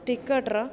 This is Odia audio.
ଟିକଟର